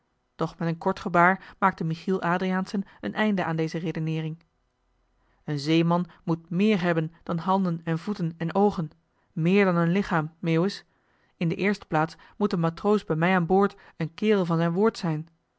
doch met een kort gebaar maakte michiel adriaensen een einde aan deze redeneering een zeeman moet méér hebben dan handen en voeten en oogen méér dan een lichaam meeuwis in de eerste plaats moet een matroos bij mij aan boord een kerel van zijn woord zijn